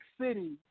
City